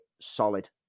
solid